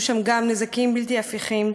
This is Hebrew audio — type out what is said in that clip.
ויהיו שם גם נזקים בלתי הפיכים.